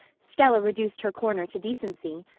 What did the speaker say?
stella reduced her corner to decency,